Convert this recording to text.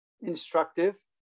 instructive